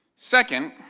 second,